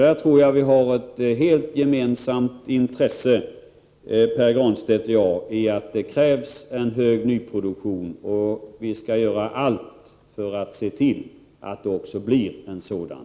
Jag tror att det är ett gemensamt intresse för Pär Granstedt och mig att det sker en hög nyproduktion, och vi skall göra allt för att se till att det också blir en sådan.